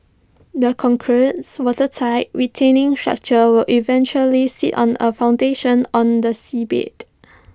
the concretes watertight retaining structure will eventually sit on A foundation on the seabed